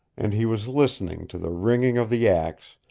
and he was listening to the ringing of the axe,